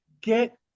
get